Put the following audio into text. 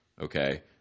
okay